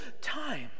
time